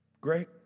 great